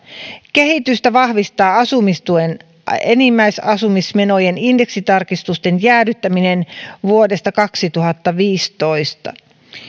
kehitystä vahvistaa asumistuen enimmäisasumismenojen indeksitarkistusten jäädyttäminen vuodesta kaksituhattaviisitoista